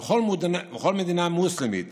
וכל מדינה מוסלמית